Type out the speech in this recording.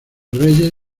reyes